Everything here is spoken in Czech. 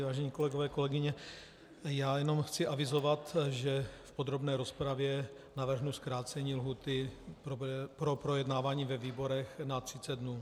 Vážené kolegové, kolegyně, já jenom chci avizovat, že v podrobné rozpravě navrhnu zkrácení lhůty pro projednávání ve výborech na 30 dnů.